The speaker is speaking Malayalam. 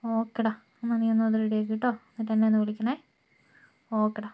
ഓക്കെ എടാ എന്നാൽ നീയൊന്ന് അത് റെഡിയാക്ക് കേട്ടോ എന്നിട്ടെന്നെയൊന്ന് വിളിക്കണേ ഓക്കെ എടാ